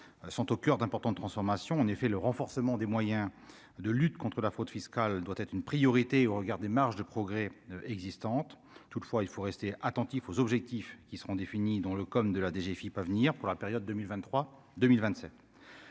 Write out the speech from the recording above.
sont au coeur d'importantes transformations en effet le renforcement des moyens de lutte contre la fraude fiscale doit être une priorité au regard des marges de progrès existantes, toutefois, il faut rester attentif aux objectifs qui seront définies dans le comme de la DGFIP à venir pour la période 2023 2027